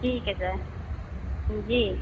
ठीक है सर जी